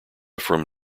from